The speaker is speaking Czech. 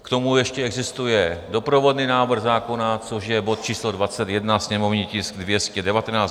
K tomu ještě existuje doprovodný návrh zákona, což je bod číslo 21, sněmovní tisk 219.